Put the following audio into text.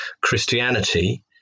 Christianity